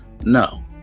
No